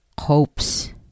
hopes